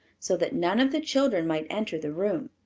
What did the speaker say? so that none of the children might enter the room.